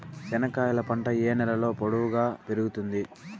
చెనక్కాయలు పంట ఏ నేలలో పొడువుగా పెరుగుతుంది?